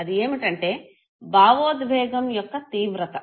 అది ఏమిటంటే భావోద్వేగం యొక్క తీవ్రత